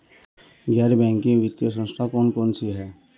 गैर बैंकिंग वित्तीय संस्था कौन कौन सी हैं?